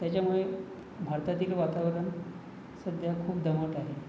त्याच्यामुळे भारतातील वातावरण सध्या खूप दमट आहे